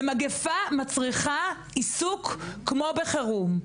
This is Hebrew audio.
ומגיפה מצריכה עיסוק כמו בחירום.